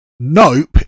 NOPE